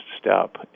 step